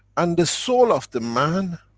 and the soul of the man,